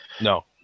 No